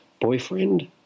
boyfriend